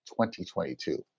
2022